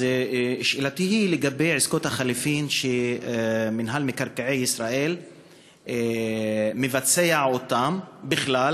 אז שאלתי היא לגבי עסקות החליפין שמינהל מקרקעי ישראל מבצע בכלל,